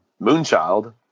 Moonchild